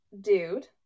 dude